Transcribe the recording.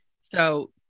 So-